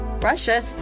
Russia